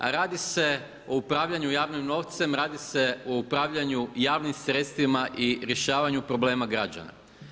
A radi se o upravljanju javnim novcem, radi se o upravljanju javnim sredstvima i rješavanju problema građana.